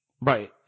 Right